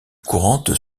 courantes